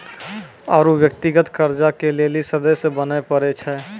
आरु व्यक्तिगत कर्जा के लेली सदस्य बने परै छै